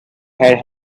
had